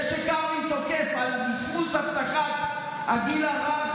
זה שקרעי תוקף על מסמוס הבטחת הגיל הרך,